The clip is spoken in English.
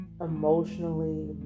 emotionally